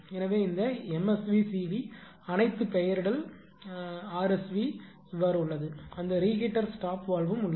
எனவே இந்த MSV CV அனைத்து பெயரிடல் ஆர்எஸ்வி உள்ளது அந்த ரீஹீட்டர் ஸ்டாப் வால்வும் உள்ளது